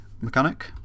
mechanic